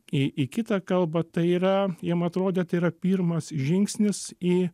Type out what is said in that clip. į į kitą kalbą tai yra jiem atrodė tai yra pirmas žingsnis į